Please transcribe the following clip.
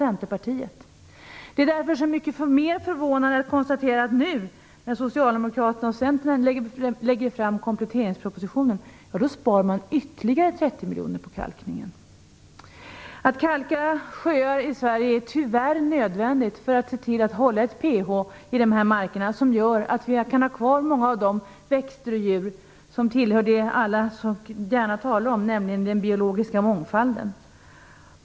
Centerpartiet. Det är därför desto mer förvånande att konstatera att man nu, när Socialdemokraterna och Centern lägger fram kompletteringspropositionen, spar ytterligare Att kalka sjöar i Sverige är tyvärr nödvändigt för att vi skall kunna hålla ett PH-värde i dessa marker som gör att vi kan ha kvar många av de växter och djur som utgör det som alla så gärna talar om, nämligen den biologiska mångfalden.